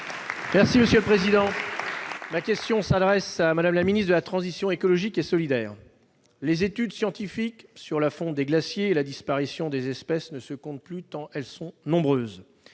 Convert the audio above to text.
Les Républicains. Ma question s'adresse à Mme la ministre de la transition écologique et solidaire. Les études scientifiques sur la fonte des glaciers et la disparition des espèces ne se comptent plus tant elles sont nombreuses.